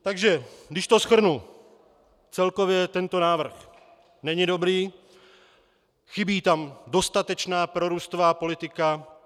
Takže když to shrnu, celkově tento návrh není dobrý, chybí tam dostatečná prorůstová politika.